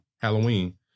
Halloween